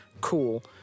cool